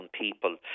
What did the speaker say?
people